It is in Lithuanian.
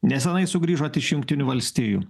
nesenai sugrįžot iš jungtinių valstijų